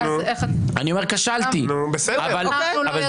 גם אנחנו לא ידענו.